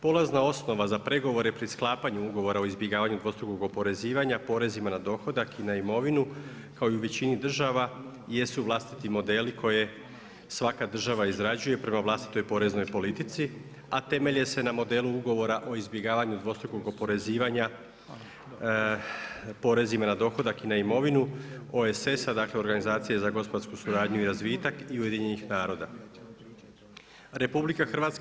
Polazna osnova za pregovore pri sklapanju ugovora o izbjegavanju dvostrukog oporezivanja porezima na dohodak i na imovinu kao i u većini država jesu vlastiti modeli koje svaka država izrađuje prema vlastitoj poreznoj politici a temelje se na modelu ugovora o izbjegavanju dvostrukog oporezivanja porezima na dohodak i na imovinu OESS-a, dakle organizacije za gospodarsku suradnju i razvitak i UN-a.